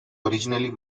originally